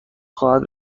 خواهد